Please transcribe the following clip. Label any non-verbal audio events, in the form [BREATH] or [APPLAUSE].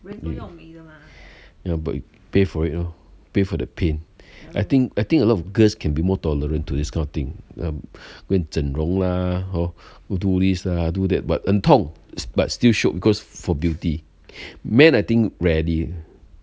yeah but you pay for it lor pay for the pain I think I think a lot of girls can be more tolerant to this kind of thing um go and 整容 lah hor or do this lah do that 很痛 but shiok for beauty [BREATH] man I think rarely